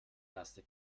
nasse